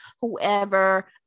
whoever